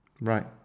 Right